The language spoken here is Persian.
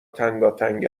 تنگاتنگ